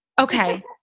Okay